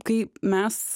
kai mes